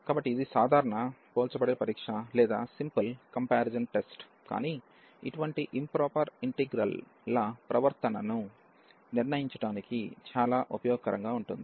కాబట్టి ఇది సాధారణ పోల్చబడే పరీక్ష కానీ అటువంటి ఇంప్రాపర్ ఇంటిగ్రల్ ల ప్రవర్తనను నిర్ణయించడానికి చాలా ఉపయోగకరంగా ఉంటుంది